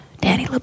Danny